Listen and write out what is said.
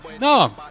No